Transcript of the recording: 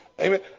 Amen